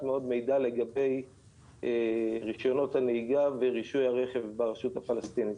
מאוד מידע לגבי רישיונות הנהיגה ורישוי הרכב ברשות הפלסטינית.